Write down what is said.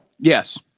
Yes